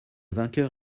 vainqueur